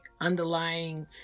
underlying